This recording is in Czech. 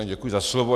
Děkuji za slovo.